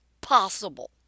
possible